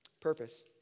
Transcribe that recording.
Purpose